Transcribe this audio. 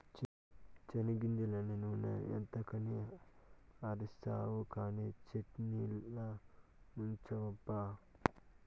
చెనిగ్గింజలన్నీ నూనె ఎంతకని ఆడిస్తావు కానీ చట్ట్నిలకుంచబ్బా